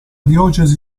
diocesi